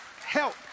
Help